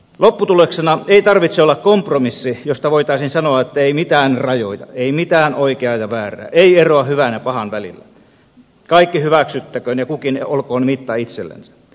lopputuloksena ei tarvitse olla kompromissi josta voitaisiin sanoa että ei mitään rajoja ei mitään oikeaa ja väärää ei eroa hyvän ja pahan välillä kaikki hyväksyttäköön ja kukin olkoon mitta itsellensä